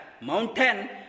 mountain